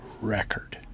record